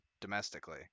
domestically